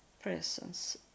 presence